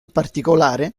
particolare